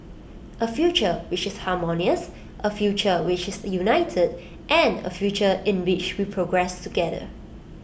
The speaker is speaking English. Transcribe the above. A future which is harmonious A future which is united and A future in which we progress together